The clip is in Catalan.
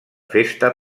festa